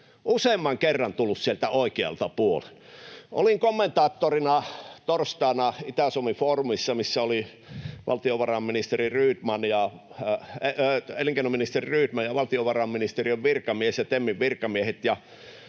useamman kerran tullut sieltä oikealta puolen. Olin torstaina kommentaattorina Itä-Suomi-foorumissa, missä olivat elinkeinoministeri Rydman ja valtiovarainministeriön virkamies ja TEMin virkamiehet.